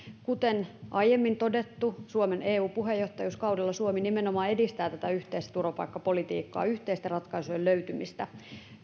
kuten aiemmin todettu suomen eu puheenjohtajuuskaudella suomi nimenomaan edistää tätä yhteistä turvapaikkapolitiikkaa yhteisten ratkaisujen löytymistä